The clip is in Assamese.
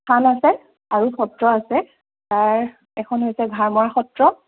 থান আছে আৰু সত্ৰ আছে তাৰ এখন হৈছে ঘাৰমৰা সত্ৰ